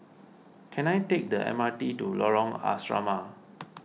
can I take the M R T to Lorong Asrama